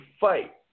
fight